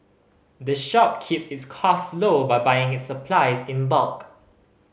the shop keeps its costs low by buying its supplies in bulk